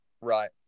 Right